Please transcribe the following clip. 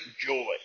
joy